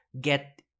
get